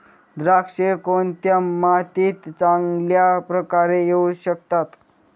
द्राक्षे कोणत्या मातीत चांगल्या प्रकारे येऊ शकतात?